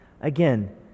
Again